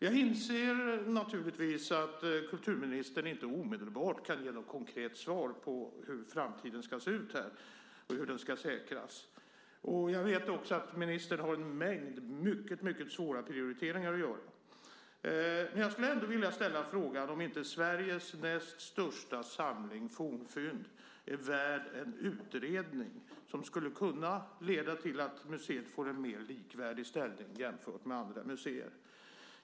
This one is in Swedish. Jag inser naturligtvis att kulturministern inte omedelbart kan ge något konkret svar på hur framtiden ska se ut och hur den ska säkras. Jag vet också att ministern har en mängd mycket svåra prioriteringar att göra. Men jag skulle ändå vilja ställa frågan om Sveriges näst största samling av fornfynd inte är värd en utredning som skulle kunna leda till att museet får en mer likvärdig ställning jämfört med andra museer.